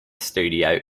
studio